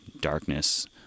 darkness